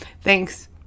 Thanks